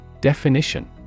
Definition